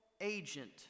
agent